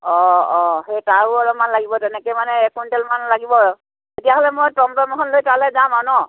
অ' অ' সেই তাৰো অলপমাণ লাগিব তেনেকৈ মানে এক কুইণ্টেলমান লাগিব আৰু তেতিয়াহ'লে মই টমটম এখন লৈ তালৈ যাম আৰু ন